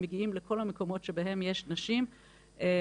הם מגיעים לכל המקומות שבהם יש נשים מאוקראינה,